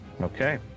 Okay